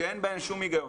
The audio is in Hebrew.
שאין בהן שום היגיון".